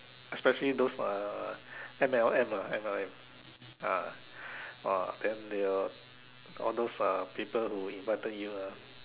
especially those uh M_L_M ah M_L_M ah !wah! then they will all those uh people who invited you ah